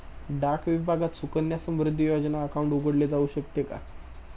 डाक विभागात सुकन्या समृद्धी योजना अकाउंट उघडले जाऊ शकते का?